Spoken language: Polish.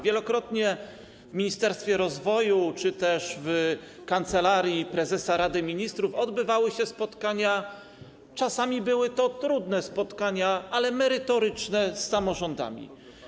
Wielokrotnie w Ministerstwie Rozwoju czy też w Kancelarii Prezesa Rady Ministrów odbywały się spotkania - czasami były to trudne spotkania, ale merytoryczne - z samorządami.